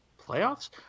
Playoffs